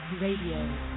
Radio